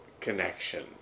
connection